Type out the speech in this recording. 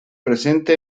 presente